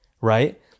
Right